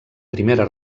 primera